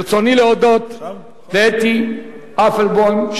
ברצוני להודות לאתי אפלבוים,